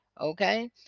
Okay